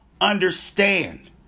understand